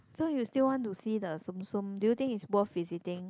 so you still want to see the zoom zoom do you think its worth visiting